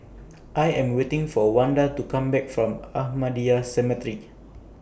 I Am waiting For Wanda to Come Back from Ahmadiyya Cemetery